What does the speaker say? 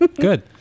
good